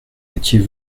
étiez